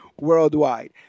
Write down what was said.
worldwide